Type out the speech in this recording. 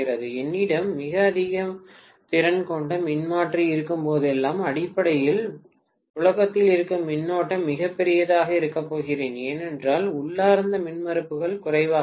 என்னிடம் மிக அதிக திறன் கொண்ட மின்மாற்றி இருக்கும் போதெல்லாம் அடிப்படையில் புழக்கத்தில் இருக்கும் மின்னோட்டம் மிகப் பெரியதாக இருக்கப் போகிறேன் ஏனெனில் உள்ளார்ந்த மின்மறுப்புகள் குறைவாக இருக்கும்